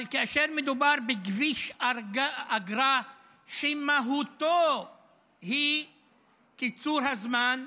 אבל כאשר מדובר בכביש אגרה שמהותו היא קיצור הזמן,